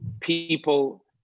people